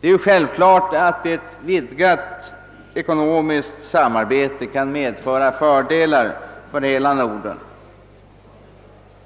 Det är självklart att ett vidgat ekonomiskt samarbete kan medföra fördelar för hela Norden,